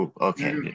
okay